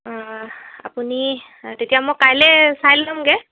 আপুনি তেতিয়া মই কাইলে চাই ল'মগে